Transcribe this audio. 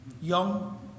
young